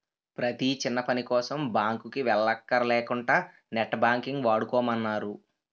ప్రతీ చిన్నపనికోసం బాంకుకి వెల్లక్కర లేకుంటా నెట్ బాంకింగ్ వాడుకోమన్నారు